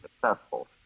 successful